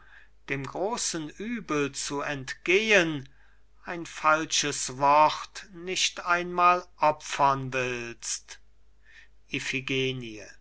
dem großen übel zu entgehen ein falsches wort nicht einmal opfern willst